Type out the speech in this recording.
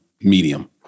medium